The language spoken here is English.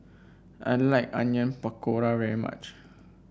I like Onion Pakora very much